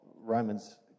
Romans